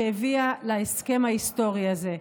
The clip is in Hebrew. שהביאה להסכם ההיסטורי הזה.